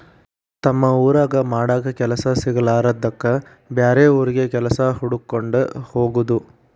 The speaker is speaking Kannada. ತಮ್ಮ ಊರಾಗ ಮಾಡಾಕ ಕೆಲಸಾ ಸಿಗಲಾರದ್ದಕ್ಕ ಬ್ಯಾರೆ ಊರಿಗೆ ಕೆಲಸಾ ಹುಡಕ್ಕೊಂಡ ಹೊಗುದು